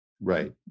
right